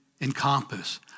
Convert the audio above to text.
encompass